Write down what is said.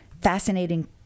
fascinating